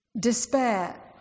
despair